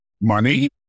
money